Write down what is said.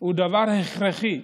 הוא דבר הכרחי.